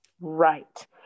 Right